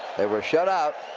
they were shut out.